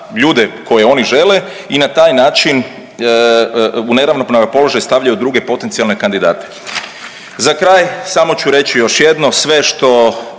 ljude koje oni žele i na taj način u neravnopravan položaj stavljaju druge potencijalne kandidate. Za kraj samo ću reći još jedno sve što